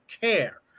care